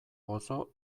gozo